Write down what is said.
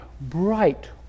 bright